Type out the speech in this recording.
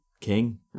king